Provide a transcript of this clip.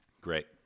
Great